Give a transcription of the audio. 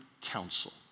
council